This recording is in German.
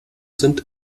sind